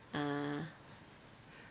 ah